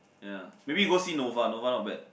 ya maybe you go see nova nova not bad